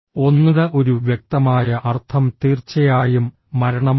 ഒന്ന്ഃ ഒരു വ്യക്തമായ അർത്ഥം തീർച്ചയായും മരണമാണ്